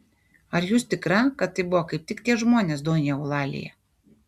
ar jūs tikra kad tai buvo kaip tik tie žmonės donja eulalija